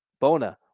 Bona